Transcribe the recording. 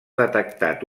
detectat